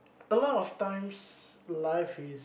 a lot of times life is